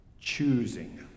Choosing